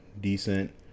decent